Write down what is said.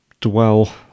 dwell